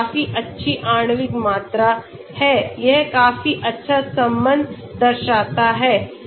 यह काफी अच्छी आणविक मात्रा है यह काफी अच्छा संबंध दर्शाता है